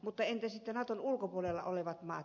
mutta entä sitten naton ulkopuolella olevat maat